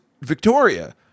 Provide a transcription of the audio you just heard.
Victoria